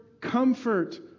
comfort